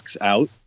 out